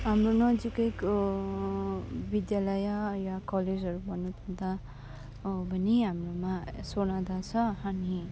हाम्रो नजिकैको विद्यालय या कलेजहरू भन्नुपर्दा भने हाम्रोमा सोनादा छ अनि